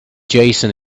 jason